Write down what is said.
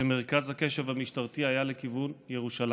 ומרכז הקשב המשטרתי היה לכיוון ירושלים.